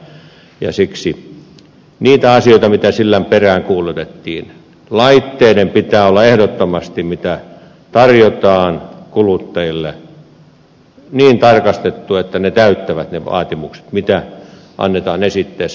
siksi niitä asioita mitä silloin peräänkuulutettiin että laitteiden joita tarjotaan kuluttajille pitää ehdottomasti olla niin tarkastettu että ne täyttävät ne vaatimukset mitä annetaan esitteessä olettaa